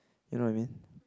you know what I mean